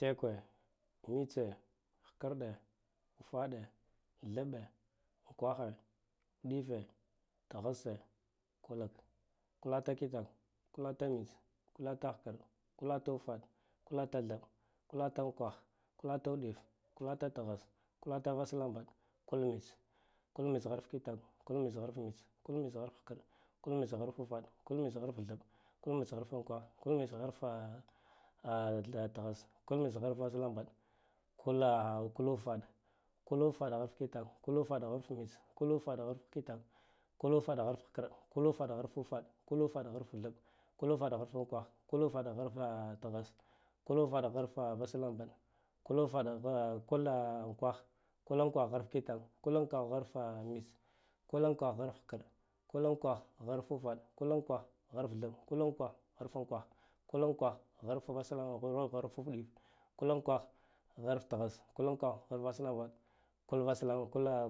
Tekwe mitche hkarɗe ufaɗe thaɓɓe unkwahe uɗife thasse kulake kula takitakwe kulata mits kulata hkarɗe kulata ufaɗe kulata thaɓɓe kulata unkwahe kulata udife kulata thasse kulata vasalambaɗe ku mits kulnits harf kitakw kulmits harfa mits kul mits harfhkarɗ kul mitsh harf ufaɗ kul mits harfa thaɓɓ kulmits harf unkwah kul mits harffa a thass kul mits haaf vaslambad kulla kulufaɗ kulufaɗ harfa kitakw kulufaɗ har mits kulu faɗ harf kitakw kulutaɗ harf hkarɗ kulufaɗ harf thaɓɓ kulufad hart unkwah kulufad harfa thass kulutad harfa vaslambaɗe ku lufaɗ ukwa kulla uukwh kulun kwah harf kitakw kulunkwuh harf mits kulun kwah harf hkarɗ kulun kwah harf ufaɗ kulunkwah harf thabb kulun kwah harf unkwah kulun kwuh harf vasla hat udif kulun kwar harf thass kulun kwah har vaslambaɗ kul vasla